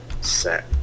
set